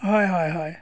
হয় হয় হয়